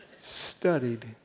studied